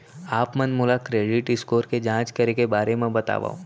आप मन मोला क्रेडिट स्कोर के जाँच करे के बारे म बतावव?